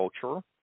culture